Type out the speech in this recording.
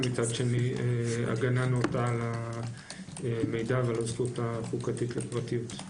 מצד שני הגנה נאותה על המידע ועל הזכות החוקתית לפרטיות.